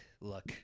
look